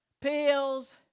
pills